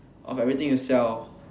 of everything you sell